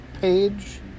page